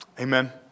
Amen